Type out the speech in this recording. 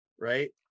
right